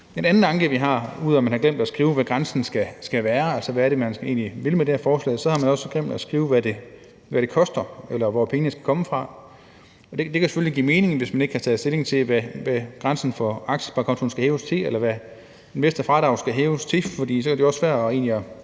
en anden anke, ud over at man har glemt at skrive, hvad grænsen skal være, altså hvad det egentlig er, man vil med det her forslag, og det er, at man også har glemt at skrive, hvad det koster, og hvor pengene skal komme fra. Det kan selvfølgelig give mening, hvis man ikke har taget stilling til, hvad grænsen for aktiesparekontoen skal hæves til, eller hvad investorfradraget skal hæves til, for så er det jo svært at